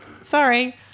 Sorry